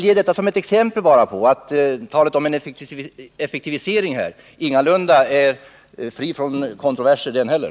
Med detta exempel ville jag bara ha sagt att en effektivisering ingalunda med säkerhet är fri från kontroverser.